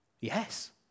Yes